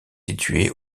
situé